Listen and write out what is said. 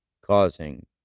causing